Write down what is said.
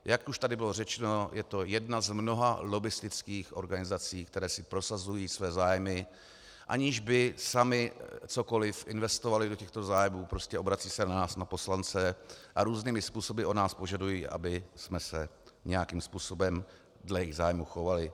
Jak už tady bylo řečeno, je to jedna z mnoha lobbistických organizací, které si prosazují své zájmy, aniž by samy cokoli investovaly do těchto zájmů, obracejí se na nás, na poslance, a různými způsoby od nás požadují, abychom se nějakým způsobem dle jejich zájmů chovali.